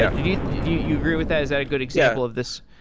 do you agree with that? is that a good example of this?